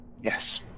Yes